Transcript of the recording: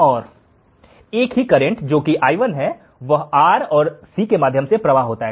और एक ही करेंट जोकि i1 है वह R और C के माध्यम से प्रवाह होता है